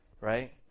Right